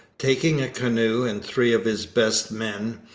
taking a canoe and three of his best men,